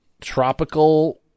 tropical